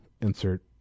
insert